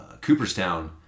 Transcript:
Cooperstown